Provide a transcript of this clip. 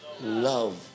Love